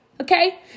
Okay